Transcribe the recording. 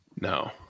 No